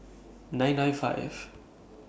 nine nine five